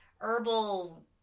herbal